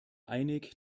einig